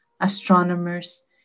astronomers